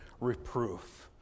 reproof